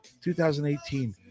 2018